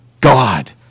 God